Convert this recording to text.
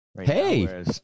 Hey